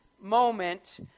moment